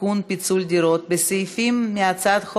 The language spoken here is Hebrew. (תיקון מס' 20)